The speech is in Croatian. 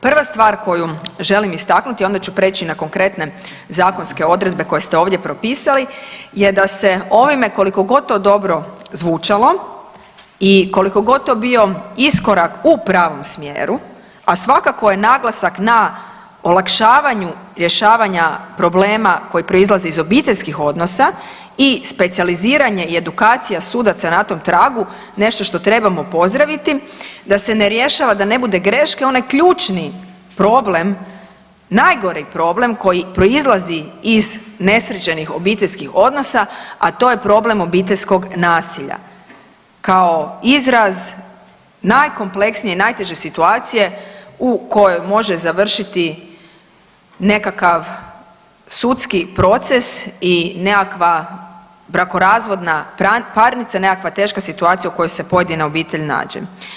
Prva stvar koju želim istaknuti, a onda ću preći na konkretne zakonske odredbe koje ste ovdje propisali je da se ovime koliko god to dobro zvučalo i koliko god to bio iskorak u pravom smjeru, a svakako je naglasak na olakšavanju rješavanja problema koji proizlaze iz obiteljskih odnosa i specijaliziranje i edukacija sudaca na tom tragu nešto što trebamo pozdraviti da se ne rješava da ne bude greške onaj ključni problem najgori problem koji proizlazi iz nesređenih obiteljskih odnosa, a to je problem obiteljskog nasilja kao izraz najkompleksnije, najteže situacije u kojoj može završiti nekakav sudski proces i nekakva brakorazvodna parnica, nekakva teška situacija u kojoj se pojedina obitelj nađe.